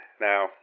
Now